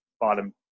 bottom